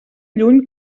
lluny